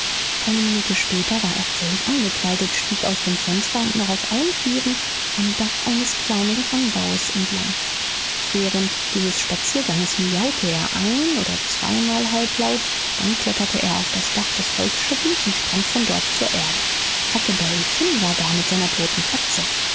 eine minute später war er völlig angekleidet stieg aus dem fenster und noch auf allen vieren am dach eines kleinen anbaues entlang während dieses spazierganges miaute er ein oder zweimal halblaut dann kletterte er auf das dach des holzschuppens und sprang von dort zur erde huckleberry finn war da mit seiner toten katze